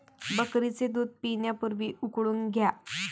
बकरीचे दूध पिण्यापूर्वी उकळून घ्या